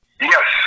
Yes